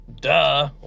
duh